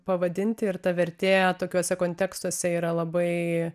pavadinti ir ta vertėja tokiuose kontekstuose yra labai